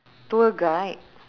tour guide